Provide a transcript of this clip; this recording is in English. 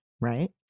Right